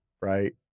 Right